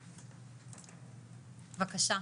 בבקשה.